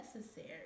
necessary